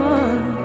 one